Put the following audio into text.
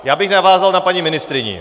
Já bych navázal na paní ministryni.